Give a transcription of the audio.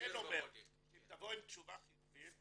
אני כן אומר שאם תבוא עם תשובה חיובית